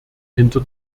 hinter